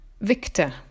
Victor